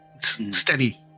steady